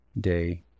day